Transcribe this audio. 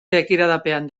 begiradapean